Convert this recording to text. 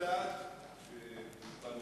להאריך פטור מחובת הנחה